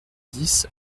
dix